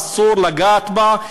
אסור לגעת בה.